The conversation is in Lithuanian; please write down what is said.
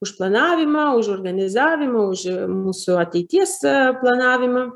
už planavimą už organizavimą už mūsų ateities planavimą